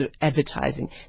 advertising